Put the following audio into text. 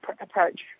approach